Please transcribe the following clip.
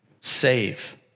save